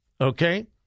okay